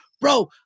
bro